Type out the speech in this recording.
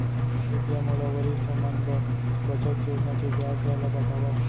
कृपया मोला वरिष्ठ मन बर बचत योजना के ब्याज दर ला बतावव